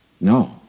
No